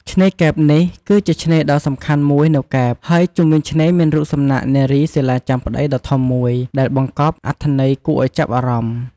ឆ្នេរកែប នេះគឺជាឆ្នេរដ៏សំខាន់មួយនៅកែប ហើយជុំវិញឆ្នេរមានរូបសំណាកនារីសីលាចាំប្ដីដ៏ធំមួយ ដែលបង្កប់អត្ថន័យគួរឱ្យចាប់អារម្មណ៍។